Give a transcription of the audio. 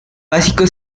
básico